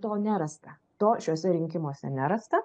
to nerasta to šiuose rinkimuose nerasta